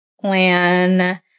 plan